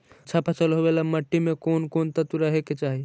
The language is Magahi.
अच्छा फसल होबे ल मट्टी में कोन कोन तत्त्व रहे के चाही?